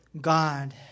God